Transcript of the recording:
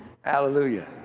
Hallelujah